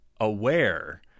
aware